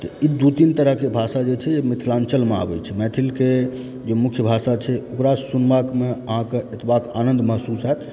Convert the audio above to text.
तऽ ई दू तीन तरहके भाषा जे छै जे मिथलाञ्चलमे आबै छै मैथिलके जे मुख्य भाषा छै ओकरा सुनबाके मे अहाँके एतबा आनन्द महसूस हैत